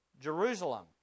Jerusalem